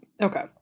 Okay